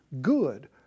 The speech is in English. good